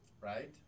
Right